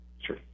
Sure